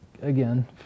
again